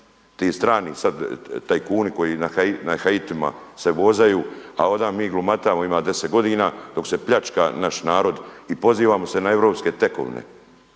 ti strani tajkunu koji na Haitima se vozaju, a … mi glumatamo ima deset godina dok se pljačka naš narod i pozivamo se na europske tekovine,